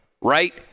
right